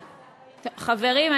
חברים,